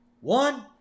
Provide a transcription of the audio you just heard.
One